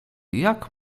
jak